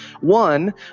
One